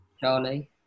Charlie